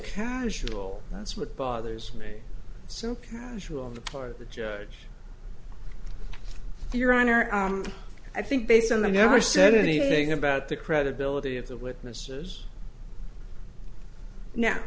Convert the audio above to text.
casual that's what bothers me so issue on the part of the judge your honor i think based on the never said anything about the credibility of the witnesses now